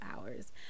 hours